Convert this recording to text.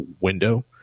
Window